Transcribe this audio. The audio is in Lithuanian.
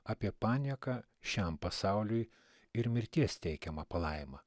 apie panieką šiam pasauliui ir mirties teikiamą palaimą